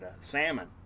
salmon